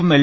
ഉം എൽ